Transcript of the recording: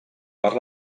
per